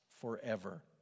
forever